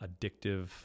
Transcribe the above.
addictive